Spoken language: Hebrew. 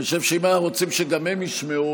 אני חושב שאם אנחנו רוצים שגם הם ישמעו,